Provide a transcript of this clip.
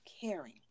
caring